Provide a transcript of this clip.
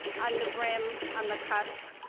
on the brim, on the cusp,